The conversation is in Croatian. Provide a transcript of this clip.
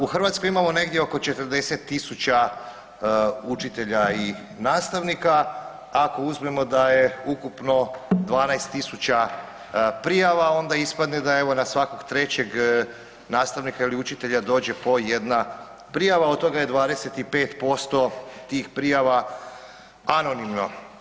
U Hrvatskoj imamo negdje oko 40 tisuća učitelja i nastavnika, ako uzmemo da je ukupno 12 tisuća prijava, onda ispadne da je evo na svakog trećeg nastavnika ili učitelja dođe po jedna prijava, od toga je 25% tih prijava anonimno.